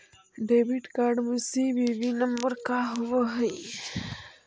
Debit card में CVV number का होव हइ?